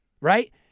right